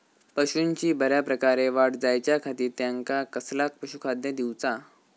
पशूंची बऱ्या प्रकारे वाढ जायच्या खाती त्यांका कसला पशुखाद्य दिऊचा?